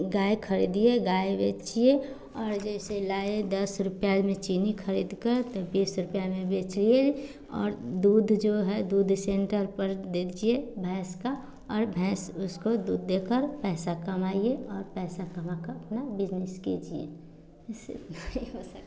गाय खरीदिए गाय बेचिए और जैसे लाए दस रुपया में चीनी खरीदकर तो बीस रुपया में बेचिए और दूध जो है दूध सेंटर पर दीजिए भैंस का और भैंस उसको दूध देकर पैसा कमाइए और पैसा कमाकर अपना बिज़नेस कीजिए इससे नहीं हो सकता है